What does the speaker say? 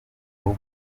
rugo